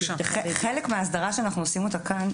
חלק מההסדרה שאנחנו עושים אותה כאן,